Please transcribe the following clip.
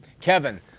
Kevin